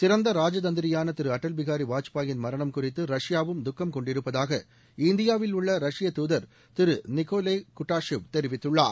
சிறந்த ராஜதந்திரியான திரு அட்டல் பிகாரி வாஜ்பாயின் மரணம் குறித்து ரஷ்யாவும் துக்கம் கொண்டிருப்பதாக இந்தியாவில் உள்ள ரஷ்ய தூதர் திரு நிக்கோலெ குடாஷெவ் தெரிவித்துள்ளார்